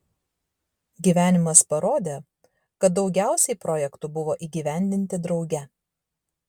gyvenimas parodė kad daugiausiai projektų buvo įgyvendinti drauge